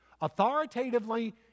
Authoritatively